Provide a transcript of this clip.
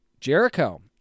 Jericho